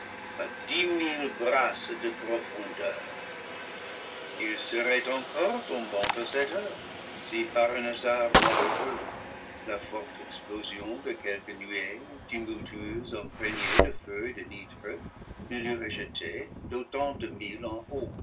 à dix mille brasses de profondeur il serait encore tombant à cette heure si par un hasard malheureux la forte explosion de quelque nuée tumultueuse imprégnée de feu et de nitre ne l'eût rejeté d'autant de